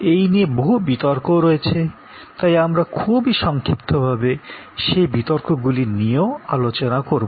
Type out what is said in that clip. এই নিয়ে বহু বিতর্কও রয়েছে তাই আমরা খুবই সংক্ষিপ্তভাবে সেই বিতর্কগুলি নিয়েও আলোচনা করব